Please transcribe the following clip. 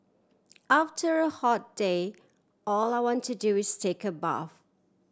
after hot day all I want to do is take a bath